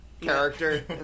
character